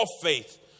faith